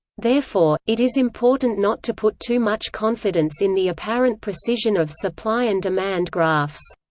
therefore, it is important not to put too much confidence in the apparent precision of supply and demand graphs.